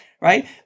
Right